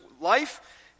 life